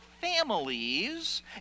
families